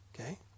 Okay